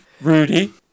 Rudy